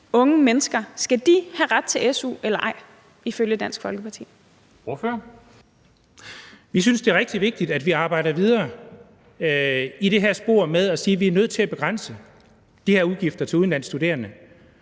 Ordføreren. Kl. 10:43 Jens Henrik Thulesen Dahl (DF): Vi synes, det er rigtig vigtigt, at vi arbejder videre i det her spor med at sige, at vi er nødt til at begrænse de her udgifter til udenlandske studerende.